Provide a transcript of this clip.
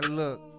look